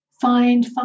find